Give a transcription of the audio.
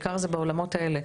בעיקר זה בעולמות האלה.